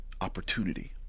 opportunity